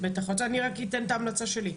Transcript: אני רק אתן את ההמלצה שלי.